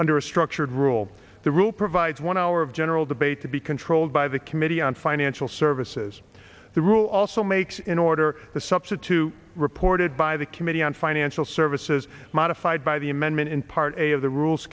under a structured rule the rule provides one hour of general debate to be controlled by the committee on financial services the rule also makes in order to substitute reported by the committee on financial services modified by the amendment in part a of the rules